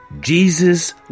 Jesus